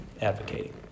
advocating